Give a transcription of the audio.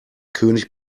könig